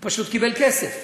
הוא פשוט קיבל כסף.